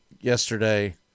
yesterday